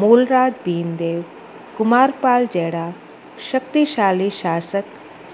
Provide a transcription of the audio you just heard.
मूलराज भीमदेव कुमार पाल जहिड़ा शक्तिशाली शासक